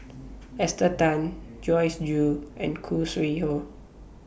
Esther Tan Joyce Jue and Khoo Sui Hoe